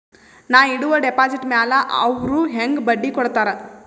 ನಾ ಇಡುವ ಡೆಪಾಜಿಟ್ ಮ್ಯಾಲ ಅವ್ರು ಹೆಂಗ ಬಡ್ಡಿ ಕೊಡುತ್ತಾರ?